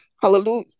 Hallelujah